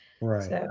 Right